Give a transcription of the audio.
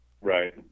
Right